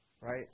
right